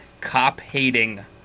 cop-hating